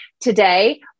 today